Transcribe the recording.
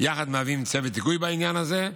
מהווים ביחד צוות היגוי בעניין הזה,